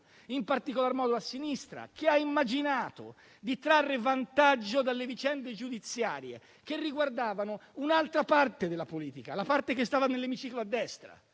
in particolar modo a sinistra, che ha immaginato di trarre vantaggio dalle vicende giudiziarie che riguardavano un'altra parte della politica, quella che stava nell'emiciclo di destra.